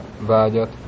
vágyat